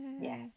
Yes